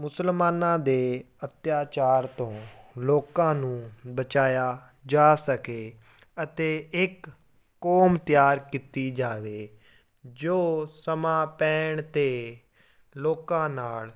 ਮੁਸਲਮਾਨਾਂ ਦੇ ਅੱਤਿਆਚਾਰ ਤੋਂ ਲੋਕਾਂ ਨੂੰ ਬਚਾਇਆ ਜਾ ਸਕੇ ਅਤੇ ਇੱਕ ਕੌਮ ਤਿਆਰ ਕੀਤੀ ਜਾਵੇ ਜੋ ਸਮਾਂ ਪੈਣ 'ਤੇ ਲੋਕਾਂ ਨਾਲ